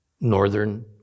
northern